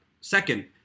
second